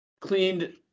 cleaned